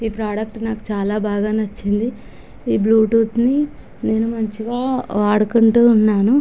ఈ ప్రోడక్ట్ నాకు చాలా బాగా నచ్చింది ఈ బ్లూటూత్ని నేను మంచిగా వాడుకుంటూ ఉన్నాను